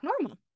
normal